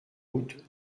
route